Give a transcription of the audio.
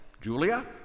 Julia